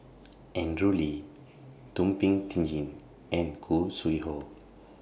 Andrew Lee Thum Ping Tjin and Khoo Sui Hoe